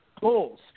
goals